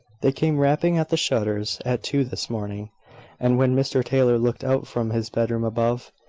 they came rapping at the shutters, at two this morning and when mr taylor looked out from his bedroom above,